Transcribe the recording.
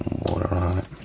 water on it,